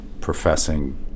professing